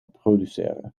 produceren